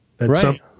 right